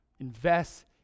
Invest